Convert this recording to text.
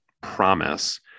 promise